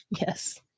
Yes